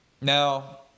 Now